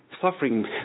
suffering